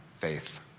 faith